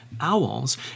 owls